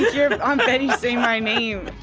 hear but aunt betty say my name